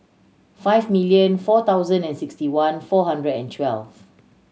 five million four thousand and sixty one four hundred and twelve